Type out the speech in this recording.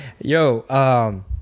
Yo